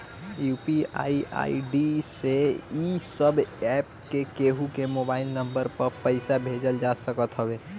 UPI ID से इ सब एप्प से केहू के मोबाइल नम्बर पअ पईसा भेजल जा सकत हवे